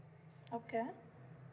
okay